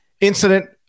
incident